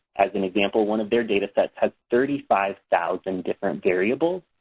as an example, one of their data sets has thirty five thousand different variables.